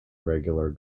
regular